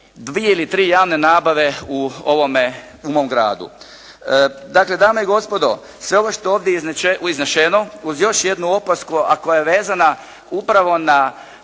dvije ili tri javne nabave u mom gradu. Dakle, dame i gospodo, sve ovo što je ovdje iznešeno uz još jednu opasku, a koja je vezana upravo na